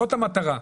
זאת המטרה,